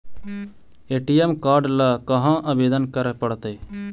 ATM card ल कहा आवेदन करे पड़तै?